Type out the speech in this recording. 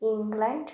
England